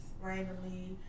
randomly